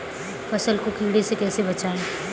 फसल को कीड़े से कैसे बचाएँ?